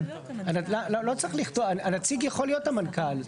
לא צריך לכתוב, הנציג יכול להיות המנכ"ל.